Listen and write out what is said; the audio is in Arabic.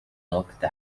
وقت